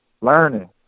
learning